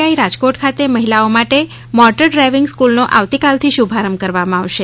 આઈ રાજકોટ ખાતે મહિલાઓ માટે મોટર ડ્રાઇવિંગ સ્કૂલનો આવતીકાલથી શુભારંભ કરવામાં આવશે